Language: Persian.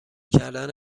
کردن